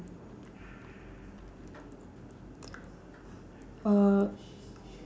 uh